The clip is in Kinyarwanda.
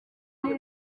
gihe